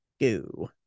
go